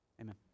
Amen